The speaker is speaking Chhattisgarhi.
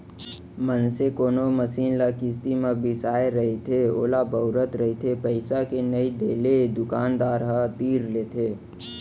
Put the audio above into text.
मनसे कोनो मसीन ल किस्ती म बिसाय रहिथे ओला बउरत रहिथे पइसा के नइ देले दुकानदार ह तीर लेथे